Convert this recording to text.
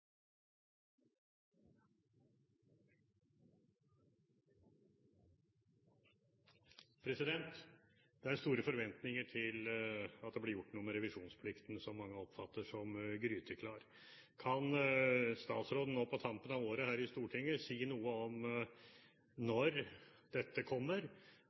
undersøkelsene. Det er store forventninger til at det blir gjort noe med revisjonsplikten, som mange oppfatter som gryteklar. Kan statsråden nå på tampen av året her i Stortinget si noe om når dette kommer?